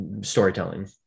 storytelling